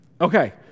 Okay